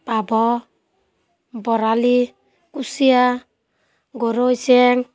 পাভ বৰালি কুচিয়া গৰৈ চেং